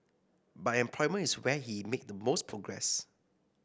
but employment is where he's made the most progress